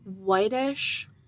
whitish